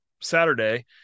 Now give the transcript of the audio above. Saturday